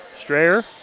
Strayer